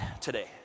today